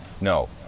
No